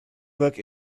book